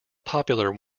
popular